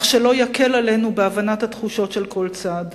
אך שלא יקל עלינו בהבנת התחושות של כל צד